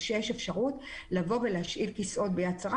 ויש אפשרות לבוא ולהשאיל כיסאות ביד שרה.